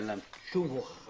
אין להם שום הוכחה